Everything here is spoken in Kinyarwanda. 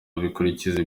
bikurikiza